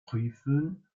prüfen